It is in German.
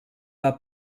war